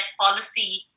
policy